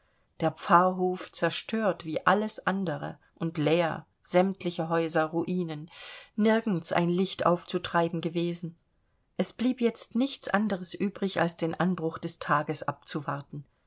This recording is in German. der pfarrhof zerstört wie alles andere und leer sämtliche häuser ruinen nirgends ein licht aufzutreiben gewesen es blieb jetzt nichts anderes übrig als den anbruch des tages abzuwarten